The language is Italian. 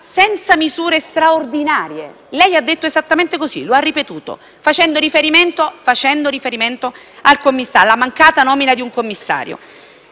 senza misure straordinarie. Lei ha detto esattamente così, e lo ha ripetuto facendo riferimento alla mancata nomina di un commissario.